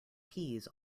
peas